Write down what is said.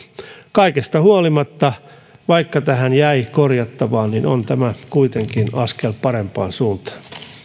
kaikesta huolimatta vaikka tähän jäi korjattavaa on tämä kuitenkin askel parempaan suuntaan